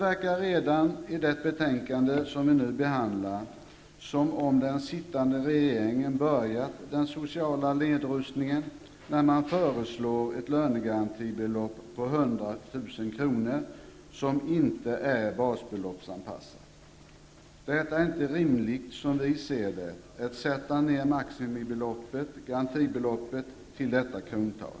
I det betänkande som vi nu behandlar verkar det som om den sittande regeringen redan påbörjat den sociala nedrustningen när den föreslår ett lönegarantibelopp på 100 000 kr. som inte är basbeloppsanpassat. Det är, som vi ser det, inte rimligt att sätta ned det maximala garantibeloppet till detta krontal.